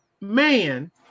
man